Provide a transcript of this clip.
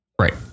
Right